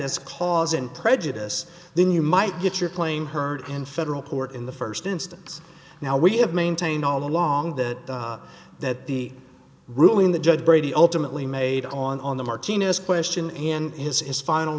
as cause and prejudice then you might get your claim heard in federal court in the st instance now we have maintained all along that that the ruling the judge brady ultimately made on the martinez question in his is final